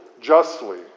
justly